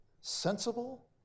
sensible